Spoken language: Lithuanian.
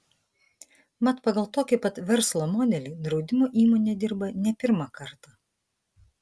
mat pagal tokį pat verslo modelį draudimo įmonė dirba ne pirmą kartą